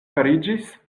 fariĝis